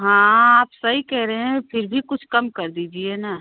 हाँ आप सही कह रहे हैं फिर भी कुछ कम कर दीजिए ना